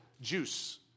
juice